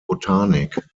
botanik